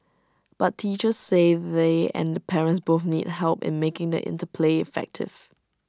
but teachers say they and the parents both need help in making the interplay effective